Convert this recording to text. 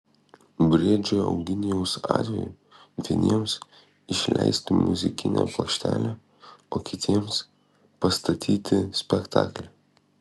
briedžio eugenijaus atveju vieniems išleisti muzikinę plokštelę o kitiems pastatyti spektaklį